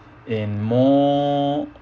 in more